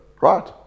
right